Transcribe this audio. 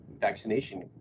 vaccination